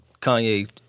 kanye